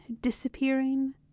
disappearing